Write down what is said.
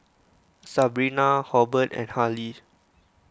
Sabrina Hobert and Harley